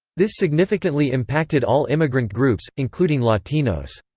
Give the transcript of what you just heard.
this significantly impacted all immigrant groups, including latinos.